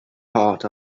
part